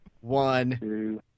one